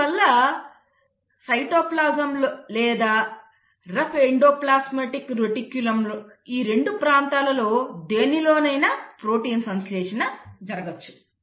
దీనివల్ల కాబట్టి సైటోప్లాజంలో లేదా రఫ్ ఎండోప్లాస్మిక్ రెటిక్యులమ్లో ఈ 2 ప్రాంతాలలో దేనిలోనైనా ప్రోటీన్ సంశ్లేషణ జరగవచ్చు